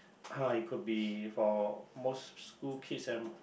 it could be for most school kids and